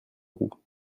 roux